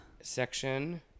section